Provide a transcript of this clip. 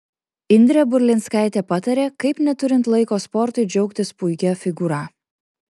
indrė burlinskaitė patarė kaip neturint laiko sportui džiaugtis puikia figūra